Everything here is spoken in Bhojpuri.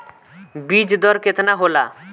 बीज दर केतना होला?